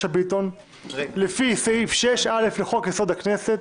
ביטון לפי סעיף 6א לחוק-יסוד: הכנסת,